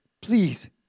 Please